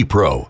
Pro